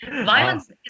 violence